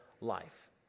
life